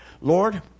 Lord